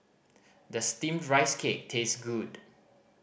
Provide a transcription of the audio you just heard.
does Steamed Rice Cake taste good